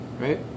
right